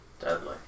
Deadly